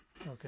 Okay